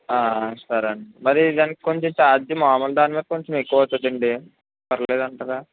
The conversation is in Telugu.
సరేండి మరీ దానికి కొంచెం ఛార్జ్ మాములు దానిమీద కొంచెం ఎక్కువవుతదండి పర్లేదంటారా